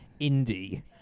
indie